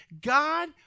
God